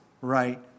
right